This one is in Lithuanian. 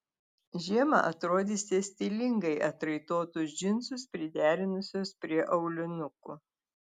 žiemą atrodysite stilingai atraitotus džinsus priderinusios prie aulinukų